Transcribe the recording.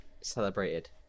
celebrated